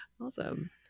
awesome